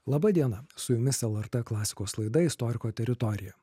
laba diena su jumis lrt klasikos laidą istoriko teritorija